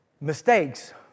Mistakes